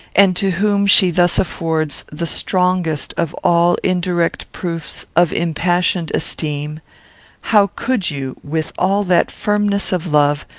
and to whom she thus affords the strongest of all indirect proofs of impassioned esteem how could you, with all that firmness of love,